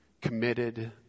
committed